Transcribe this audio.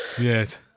Yes